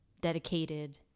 dedicated